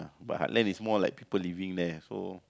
but heartland is more like people living there so